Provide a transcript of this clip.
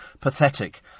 pathetic